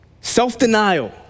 Self-denial